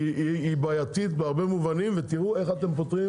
היא בעייתית בהרבה מובנים ותראו איך אתם יכולים